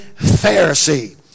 Pharisee